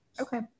okay